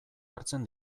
hartzen